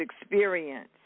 experience